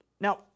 Now